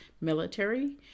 military